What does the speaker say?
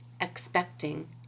expecting